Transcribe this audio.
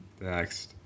next